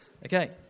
Okay